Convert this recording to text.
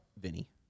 Vinny